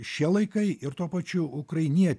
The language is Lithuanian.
šie laikai ir tuo pačiu ukrainie